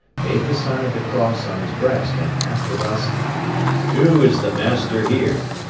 made the sign of the cross on his breast and asked of us who is the master here?